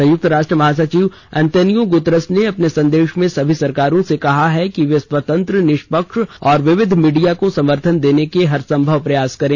संयुक्त राष्ट्र महासचिव अंतोनियो गुतरस ने अपने संदेश में सभी सरकारों से कहा है कि वे स्वतंत्र निष्पक्ष और विविध मीडिया को समर्थन देने के हर संभव प्रयास करें